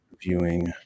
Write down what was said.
viewing